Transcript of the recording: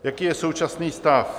Jaký je současný stav?